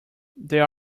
there